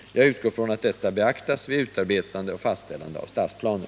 Jag utgår från att detta beaktas vid utarbetande och fastställande av stadsplaner.